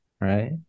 right